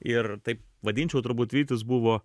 ir taip vadinčiau turbūt vytis buvo